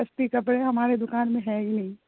سستی کپڑے ہماری دکان میں ہے ہی نہیں